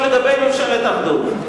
לגבי ממשלת אחדות.